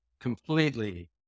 completely